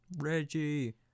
Reggie